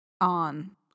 on